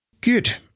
Good